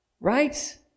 Right